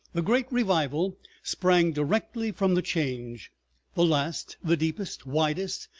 the great revival sprang directly from the change the last, the deepest, widest,